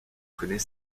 connait